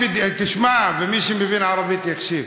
תשמע, ומי שמבין ערבית יקשיב.